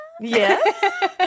yes